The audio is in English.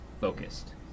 focused